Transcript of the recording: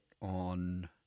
on